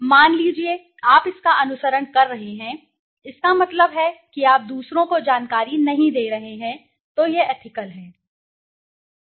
मान लीजिए आप इसका अनुसरण कर रहे हैं इसका मतलब है कि आप दूसरों को जानकारी नहीं दे रहे हैं तो यह एथिकल है